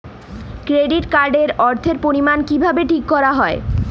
Credit card এর অর্থের পরিমান কিভাবে ঠিক করা হয়?